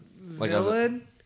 villain